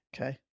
okay